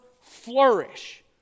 flourish